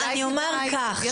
יש לי שאלה,